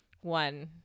one